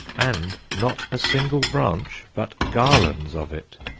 and not a single branch, but garlands of it!